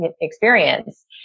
experience